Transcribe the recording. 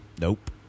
Nope